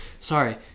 Sorry